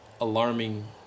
alarming